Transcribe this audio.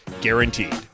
guaranteed